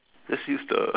let's use the